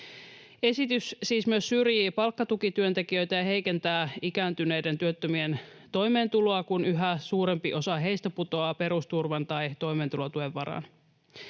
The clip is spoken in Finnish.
siis myös syrjii palkkatukityöntekijöitä ja heikentää ikääntyneiden työttömien toimeentuloa, kun yhä suurempi osa heistä putoaa perusturvan tai toimeentulotuen varaan.